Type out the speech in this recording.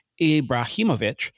Ibrahimovic